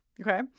Okay